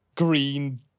green